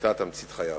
היתה תמצית חייו.